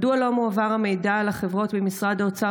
מדוע לא מועבר המידע על החברות ממשרד האוצר